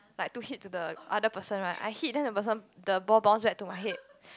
like to hit to the other person right I hit then the person the ball bounce back to my head